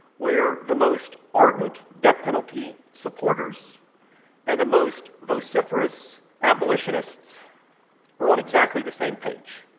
where the most ardent death penalty supporters and the most vociferous abolitionists are on exactly the same page.